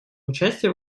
участия